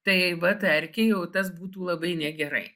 tai vat erkei jau tas būtų labai negerai